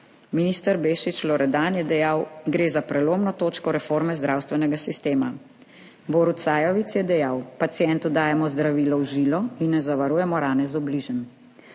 Minister Bešič Loredan je dejal, gre za prelomno točko reforme zdravstvenega sistema. Borut Sajovic je dejal, pacientu dajemo zdravilo v žilo in ne zavarujemo rane z obližem.